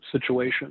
situation